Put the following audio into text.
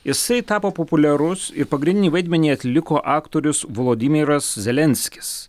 jisai tapo populiarus ir pagrindinį vaidmenį atliko aktorius volodymyras zelenskis